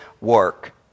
work